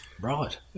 Right